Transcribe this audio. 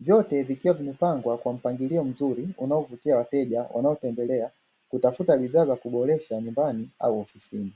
vyote vikiwa vimepangwa kwa mpangilio mzuri unaovutia wateja wanaotembelea kutafuta bidhaa za kuboresha nyumbani au ofisini.